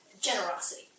generosity